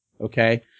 okay